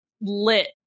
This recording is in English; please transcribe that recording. lit